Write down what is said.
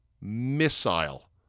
missile